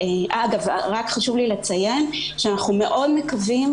חשוב לי לציין שאנחנו מאוד מקווים